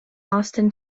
austin